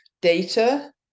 data